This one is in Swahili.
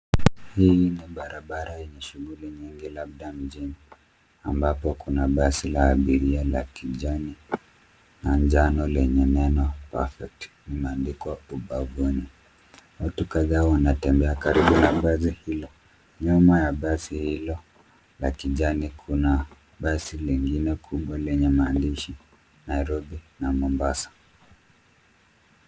Hii ni barabara yenye shughuli nyingi labda mjini ambapo kuna basi la abiria la kijani na njano lenye neno perfect limeandikwa ubavuni. Watu kadhaa wanatembea karibu na basi hilo. Nyuma ya basi hilo la kijani kuna basi lingine kubwa lenye maandishi Nairobi na Mombasa.